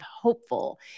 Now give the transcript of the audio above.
hopeful